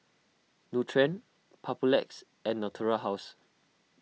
Nutren Papulex and Natura House